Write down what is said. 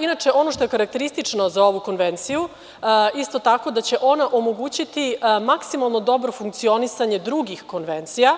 Inače, ono što je karakteristično za ovu Konvenciju je isto tako da će ona omogućiti maksimalno dobro funkcionisanje drugih konvencija,